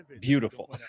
beautiful